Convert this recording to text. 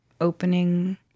opening